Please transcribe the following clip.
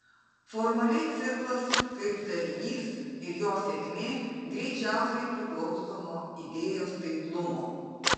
formaliai ciklas kaip darinys ir jo sėkmė greičiausiai priklauso nuo idėjos taiklumo